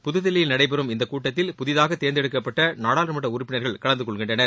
புதுதில்லியில் நடைபெறும் இந்தக் கூட்டத்தில் புதிதாக தேர்ந்தெடுக்கப்பட்ட நாடாளுமன்ற உறுப்பினர்கள் கலந்து கொள்கின்றனர்